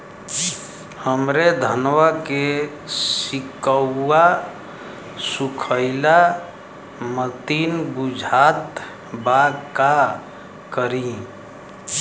हमरे धनवा के सीक्कउआ सुखइला मतीन बुझात बा का करीं?